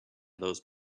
those